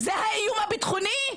זה האיום הביטחוני?